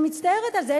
אני מצטערת על זה,